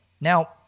Now